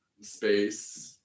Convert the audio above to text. space